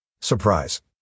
Surprise